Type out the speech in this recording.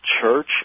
church